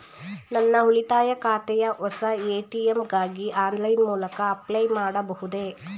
ನನ್ನ ಉಳಿತಾಯ ಖಾತೆಯ ಹೊಸ ಎ.ಟಿ.ಎಂ ಗಾಗಿ ಆನ್ಲೈನ್ ಮೂಲಕ ಅಪ್ಲೈ ಮಾಡಬಹುದೇ?